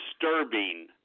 disturbing